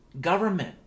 Government